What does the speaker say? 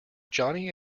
johnny